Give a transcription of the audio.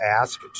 ask